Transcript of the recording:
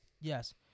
Yes